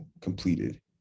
completed